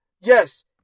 yes